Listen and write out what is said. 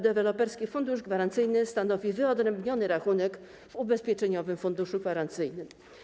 Deweloperski Fundusz Gwarancyjny stanowi wyodrębniony rachunek w Ubezpieczeniowym Funduszu Gwarancyjnym.